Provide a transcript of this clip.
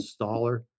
installer